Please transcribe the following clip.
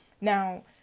Now